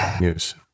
news